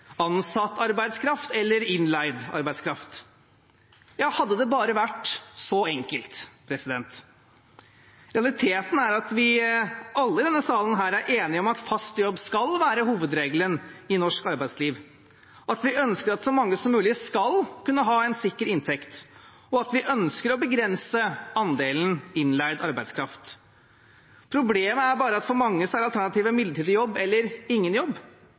ansatt arbeidskraft eller innleid arbeidskraft. Hadde det bare vært så enkelt! Realiteten er at alle i denne salen er enige om at fast jobb skal være hovedregelen i norsk arbeidsliv, at vi ønsker at så mange som mulig skal kunne ha en sikker inntekt, og at vi ønsker å begrense andelen innleid arbeidskraft. Problemet er bare at for mange er alternativet midlertidig jobb eller ingen jobb.